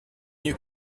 you